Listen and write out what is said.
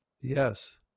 Yes